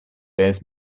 bears